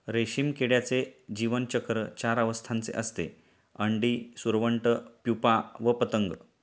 रेशीम किड्याचे जीवनचक्र चार अवस्थांचे असते, अंडी, सुरवंट, प्युपा व पतंग